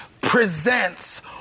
presents